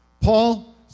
Paul